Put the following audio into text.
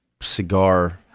cigar